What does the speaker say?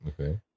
Okay